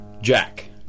Jack